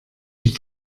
die